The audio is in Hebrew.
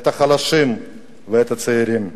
את החלשים ואת הצעירים.